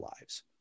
lives